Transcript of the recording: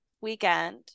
weekend